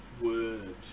word